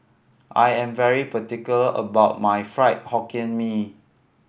I am very particular about my Fried Hokkien Mee